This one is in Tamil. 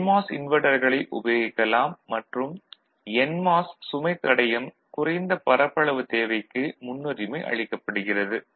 என்மாஸ் இன்வெர்ட்டர்களை உபயோகிக்கலாம் மற்றும் என்மாஸ் சுமைத் தடையம் குறைந்த பரப்பளவு தேவைக்கு முன்னுரிமை அளிக்கப்படுகிறது